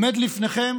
עומד לפניכם